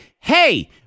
hey